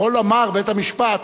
יכול לומר בית-המשפט,